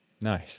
Nice